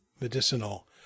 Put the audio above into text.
medicinal